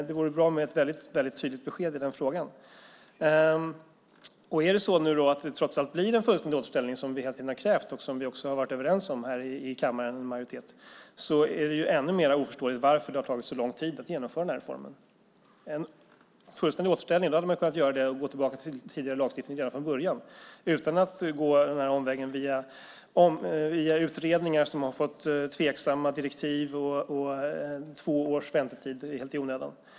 Det vore bra med ett tydligt besked i den frågan. Om det nu blir en fullständig återställning, vilket vi hela tiden krävt och som majoriteten i kammaren också varit överens om, är det ännu mer obegripligt varför det tagit så lång tid att genomföra reformen. En fullständig återställning hade man kunnat göra genom att redan från början gå tillbaka till den tidigare lagstiftningen utan att gå omvägen via utredningar som fått tveksamma direktiv. Det har blivit två års väntetid helt i onödan.